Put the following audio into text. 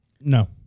no